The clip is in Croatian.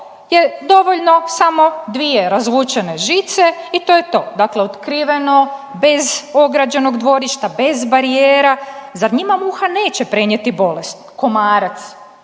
je dovoljno samo dvije razvučene žice i to je to. Dakle, otkriveno bez ograđenog dvorišta, bez barijera. Zar njima muha neće prenijeti bolest? Komarac,